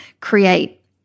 create